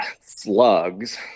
slugs